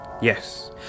Yes